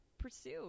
pursue